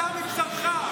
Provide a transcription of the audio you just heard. בשר מבשרך.